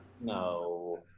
No